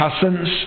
cousins